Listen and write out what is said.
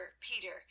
Peter